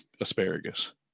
asparagus